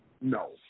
No